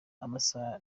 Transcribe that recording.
amasaha